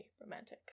romantic